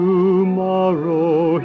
Tomorrow